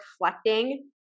reflecting